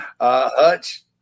Hutch